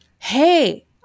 Hey